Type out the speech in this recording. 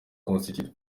constitute